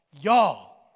y'all